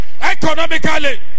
economically